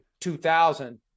2000